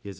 he has